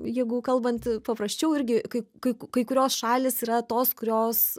jeigu kalbant paprasčiau irgi kaip kai kai kurios šalys yra tos kurios